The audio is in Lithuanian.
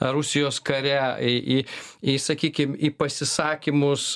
rusijos kare į į sakykim į pasisakymus